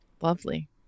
Lovely